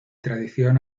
tradición